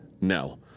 No